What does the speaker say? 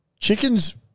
Chickens